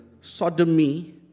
Sodomy